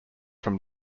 from